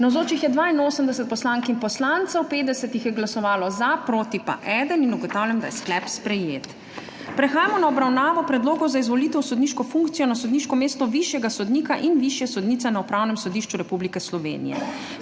Navzočih je 82 poslank in poslancev, 50 jih je glasovalo za, proti pa 1. (Za je glasovalo 50.) (Proti 1.) Ugotavljam, da je sklep sprejet. Prehajamo na obravnavo Predlogov za izvolitev v sodniško funkcijo na sodniško mesto višjega sodnika in višje sodnice na Upravnem sodišču Republike Slovenije.